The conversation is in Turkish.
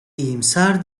iyimser